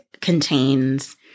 contains